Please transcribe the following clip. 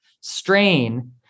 strain